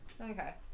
Okay